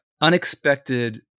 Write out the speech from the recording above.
unexpected